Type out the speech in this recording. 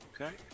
Okay